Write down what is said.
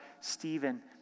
Stephen